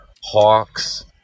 Hawks